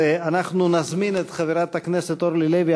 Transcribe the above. אז אנחנו נזמין את חברת הכנסת אורלי לוי